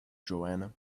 joanna